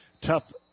Tough